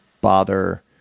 bother